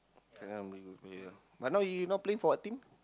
now he not playing for our team